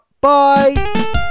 Bye